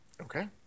Okay